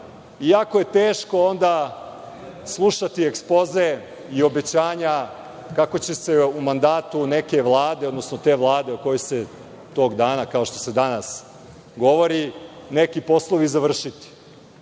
jako je teško onda slušati ekspoze i obećanja kako će se u mandatu neke Vlade, odnosno te Vlade o kojoj se tog dana, kao što se danas govori, neki poslovi završiti,